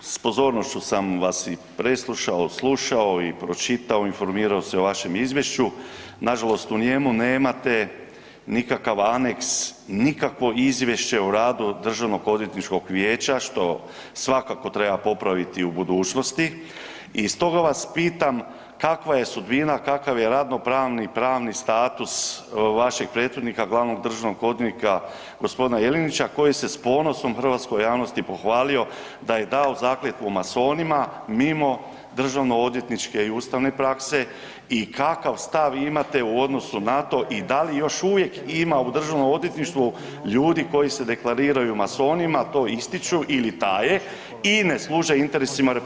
S pozornošću sam vas preslušao, slušao i pročitao, informirao se o vašem izvješću, nažalost u njemu nemate nikakav aneks, nikakvo izvješće o radu Državnog odvjetničkog vijeća što svakako treba popraviti u budućnosti i stoga vas pitam kakva je sudbina, kakav je radno pravni, pravni status vašeg prethodnika glavnog državnog odvjetnika g. Jelenića koji se s ponosom hrvatskoj javnosti pohvalio da je dao zakletvu masonima mimo državno odvjetničke i ustavne prakse i kakav stav imate u odnosu na to i da li još uvijek ima u DORH-u ljudi koji se deklariraju masonima, to ističu ili taje i ne služe interesima RH?